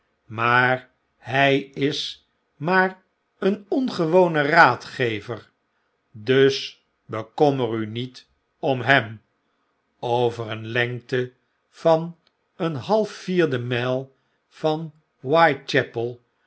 maar hij is maar een owgewone raadgever dus bekommer u niet om hem over een lengte van een half vierde myl van